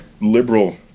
liberal